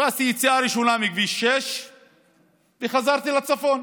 חיפשתי יציאה ראשונה מכביש 6 וחזרתי לצפון.